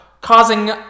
causing